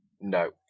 No